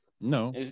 no